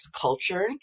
culture